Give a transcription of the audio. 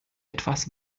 etwas